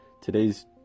Today's